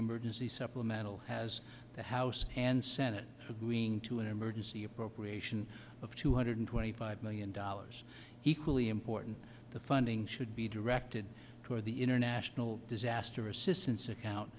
emergency supplemental has the house and senate agreeing to an emergency appropriation of two hundred twenty five million dollars equally important the funding should be directed toward the international disaster assistance account